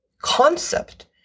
concept